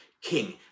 king